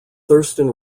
thurston